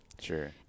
Sure